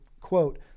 quote